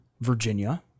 Virginia